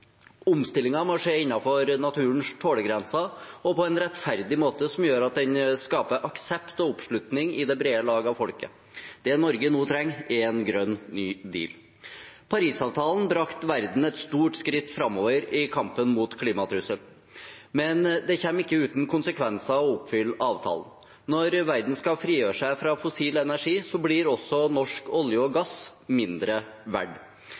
Omstillingen må skje innenfor naturens tålegrenser og på en rettferdig måte som gjør at den skaper aksept og oppslutning i det brede lag av folket. Det Norge nå trenger, er en grønn ny deal. Parisavtalen brakte verden et stort skritt framover i kampen mot klimatrusselen, men det kommer ikke uten konsekvenser å oppfylle avtalen. Når verden skal frigjøre seg fra fossil energi, blir også norsk olje og gass mindre